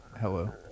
Hello